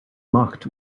marked